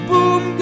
Boom